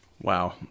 wow